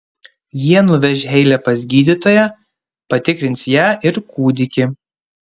jie nuveš heilę pas gydytoją patikrins ją ir kūdikį